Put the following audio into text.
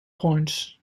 points